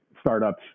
startups